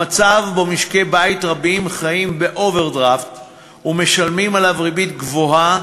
המצב שבו משקי-בית רבים חיים באוברדרפט ומשלמים עליו ריבית גבוהה